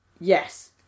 Yes